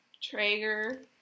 Traeger